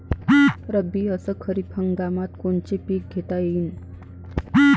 रब्बी अस खरीप हंगामात कोनचे पिकं घेता येईन?